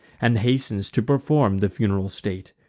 and hastens to perform the funeral state.